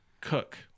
cook